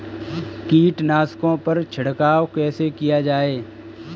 कीटनाशकों पर छिड़काव कैसे किया जाए?